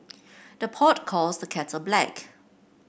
the pot calls the kettle black